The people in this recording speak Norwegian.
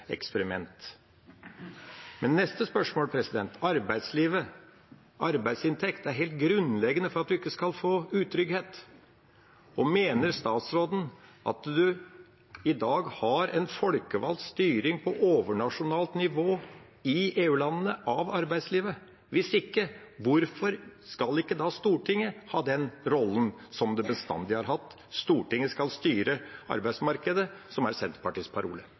eksperiment. Neste spørsmål: Arbeidsliv og arbeidsinntekt er helt grunnleggende for at en ikke skal få utrygghet. Mener statsråden at en i dag på overnasjonalt nivå i EU-landene har en folkevalgt styring av arbeidslivet? Hvis ikke: Hvorfor skal ikke da Stortinget ha den rollen som det bestandig har hatt, at Stortinget skal styre arbeidsmarkedet, som er Senterpartiets parole?